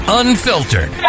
unfiltered